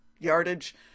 yardage